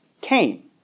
came